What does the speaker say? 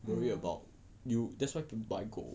worry about you that's why people buy gold